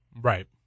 Right